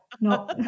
No